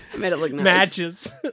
Matches